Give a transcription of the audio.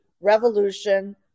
revolution